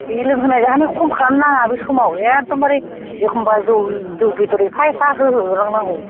बे लोंहोनाय जाहोनायखौ खम खालामनाङा बे समाव एकद'मबारे एखनबा जौ बेदर एफा एफा होहो होलांनांगौ